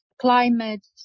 climate